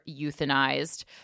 euthanized